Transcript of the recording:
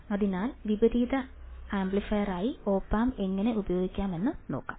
അതിനാൽ വിപരീത ആംപ്ലിഫയറായി op amp എങ്ങനെ ഉപയോഗിക്കാമെന്ന് നോക്കാം